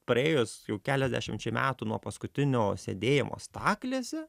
praėjus keliasdešimčiai metų nuo paskutinio sėdėjimo staklėse